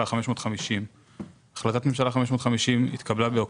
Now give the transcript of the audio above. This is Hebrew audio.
550. החלטת ממשלה 550 התקבלה באוקטובר,